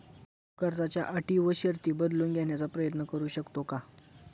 कर्जाच्या अटी व शर्ती बदलून घेण्याचा प्रयत्न करू शकतो का?